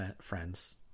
friends